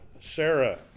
Sarah